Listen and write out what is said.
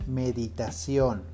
meditación